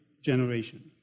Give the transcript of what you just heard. generation